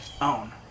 own